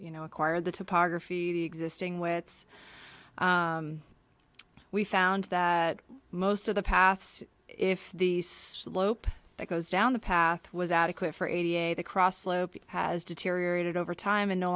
you know acquire the topography the existing way it's we found that most of the paths if the slope that goes down the path was adequate for eighty a the cross slope has deteriorated over time and no